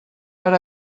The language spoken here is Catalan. per